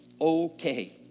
Okay